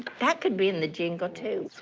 that could be in the jingle too.